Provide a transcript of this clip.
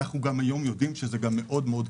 היום אנחנו יודעים שזה גם מאוד מאוד כלכלי.